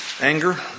anger